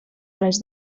res